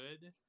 good